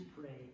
pray